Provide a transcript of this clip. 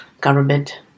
government